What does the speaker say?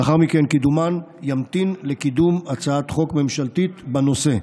ולאחר מכן קידומן ימתין לקידום הצעת חוק ממשלתית בנושא,